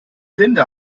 linda